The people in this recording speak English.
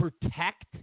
protect